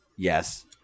Yes